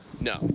No